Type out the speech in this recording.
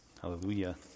Hallelujah